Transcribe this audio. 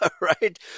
right